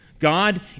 God